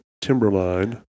Timberline